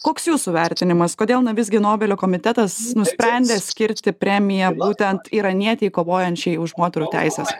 koks jūsų vertinimas kodėl na visgi nobelio komitetas nusprendė skirti premiją būtent iranietei kovojančiai už moterų teises